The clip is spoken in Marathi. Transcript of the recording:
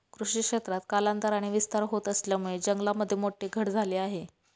कृषी क्षेत्रात कालांतराने विस्तार होत असल्यामुळे जंगलामध्ये मोठी घट झाली आहे